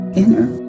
inner